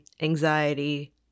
anxiety